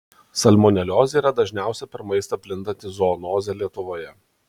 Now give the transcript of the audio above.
salmoneliozė yra dažniausia per maistą plintanti zoonozė lietuvoje